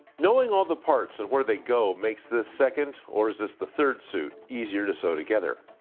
knowing all the parts and where they go makes this second. or is this the third suit easier to sew together?